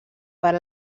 per